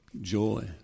Joy